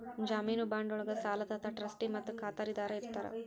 ಜಾಮೇನು ಬಾಂಡ್ ಒಳ್ಗ ಸಾಲದಾತ ಟ್ರಸ್ಟಿ ಮತ್ತ ಖಾತರಿದಾರ ಇರ್ತಾರ